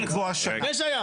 לפני שהיה.